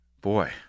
boy